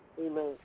amen